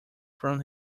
from